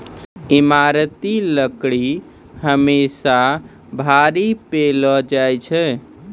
ईमारती लकड़ी हमेसा भारी पैलो जा छै